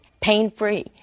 pain-free